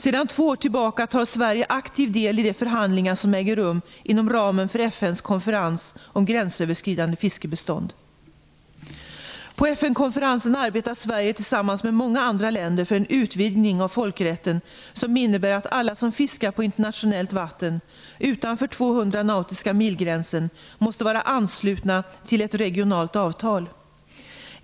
Sedan två år tillbaka tar Sverige aktiv del i de förhandlingar som äger rum inom ramen för FN:s konferens om gränsöverskridande fiskebestånd. På FN-konferensen arbetar Sverige tillsammans med många andra länder för en utvidgning av folkrätten som innebär att alla som fiskar på internationellt vatten utanför gränsen vid 200 nautiska mil måste vara anslutna till ett regionalt avtal.